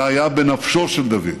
זה היה בנפשו של דוד.